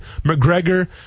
McGregor